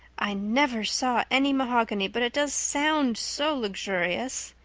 i never saw any mahogany, but it does sound so luxurious.